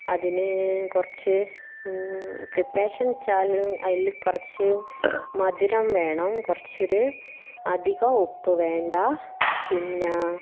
അതിന് കുറച്ച് പ്രിപ്പറേഷൻ വെച്ചാൽ അതിൽ കുറച്ച് മധുരം വേണം കുറച്ച് ഒരു അധികം ഉപ്പു വേണ്ട പിന്നെ